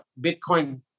Bitcoin